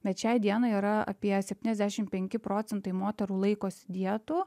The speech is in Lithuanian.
bet šiai dienai yra apie septyniasdešim penki procentai moterų laikosi dietų